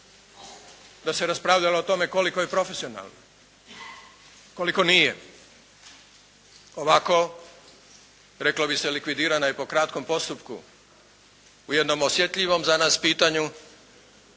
Da se raspravljalo o tome koliko je profesionalno, koliko nije. Ovako reklo bi se likvidirana je po kratkom postupku u jednom osjetljivom za nas pitanju